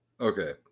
Okay